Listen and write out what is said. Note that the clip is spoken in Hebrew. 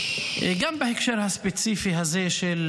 גם בהקשר הספציפי הזה של